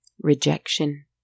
rejection